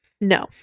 No